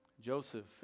Joseph